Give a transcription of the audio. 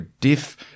Diff